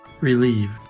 relieved